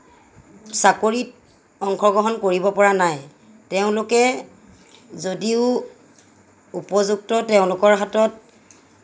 চাকৰিত অংশগ্ৰহণ কৰিব পৰা নাই তেওঁলোকে যদিও উপযুক্ত তেওঁলোকৰ হাতত